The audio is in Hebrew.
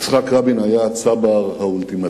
יצחק רבין היה הצבר האולטימטיבי.